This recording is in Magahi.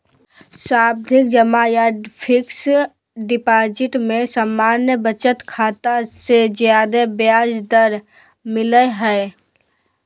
सावधि जमा या फिक्स्ड डिपाजिट में सामान्य बचत खाता से ज्यादे ब्याज दर मिलय हय